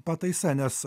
pataisa nes